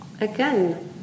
again